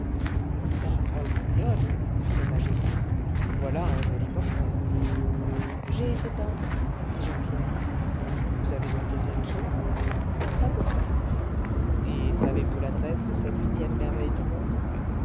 parole mignonne fit le magistrat voila un joli portrait j'ai été peintre dit jean pierre vous avez donc été tout a peu près et savez-vous l'adresse de cette huitième merveille du monde